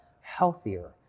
healthier